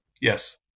Yes